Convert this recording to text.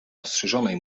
ostrzyżonej